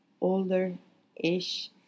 older-ish